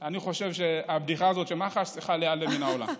חושב שהבדיחה הזאת של מח"ש צריכה להיעלם מן העולם.